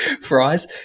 fries